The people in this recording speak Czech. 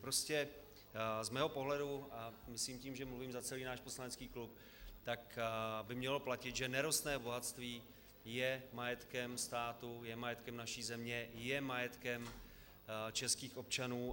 Prostě z mého pohledu, a myslím tím, že mluvím za celý náš poslanecký klub, by mělo platit, že nerostné bohatství je majetkem státu, je majetkem naší země, je majetkem českých občanů.